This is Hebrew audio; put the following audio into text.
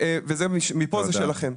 מפה זה שלכם.